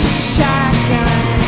shotgun